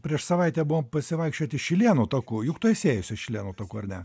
prieš savaitę buvom pasivaikščioti šilėnų taku juk tu esi ėjusi šilėnų taku ar ne